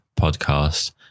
podcast